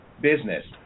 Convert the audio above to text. business